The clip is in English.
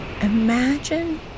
imagine